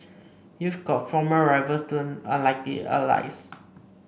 you've got former rivals turned unlikely allies